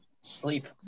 Sleep